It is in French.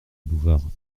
bouvard